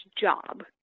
job